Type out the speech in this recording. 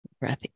Breath